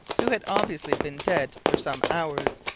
who had obviously been dead for some hours.